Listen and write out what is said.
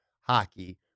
hockey